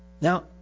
Now